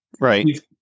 Right